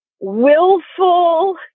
willful